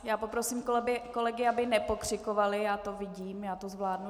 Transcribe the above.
Já poprosím kolegy, aby nepokřikovali, já to vidím, já to zvládnu.